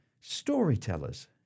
storytellers